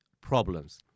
problems